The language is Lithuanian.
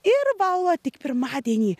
ir valgo tik pirmadienį